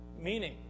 meaning